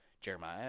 Jeremiah